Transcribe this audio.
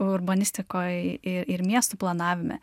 urbanistikoj ir ir miestų planavime